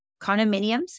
condominiums